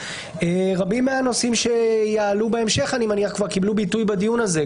רבים מהנושאים שיעלו בהמשך כבר קיבלו ביטוי בדיון הזה,